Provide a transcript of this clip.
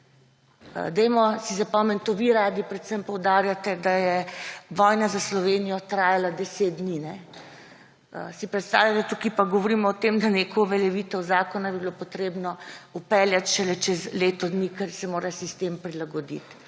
Zapomnimo si, to vi radi predvsem poudarjate, da je vojna za Slovenijo trajala 10 dni. Si predstavljate? Tukaj pa govorimo o tem, da neko uveljavitev zakona bi bilo potrebno vpeljati šele čez leto dni, ker se mora sistem prilagoditi.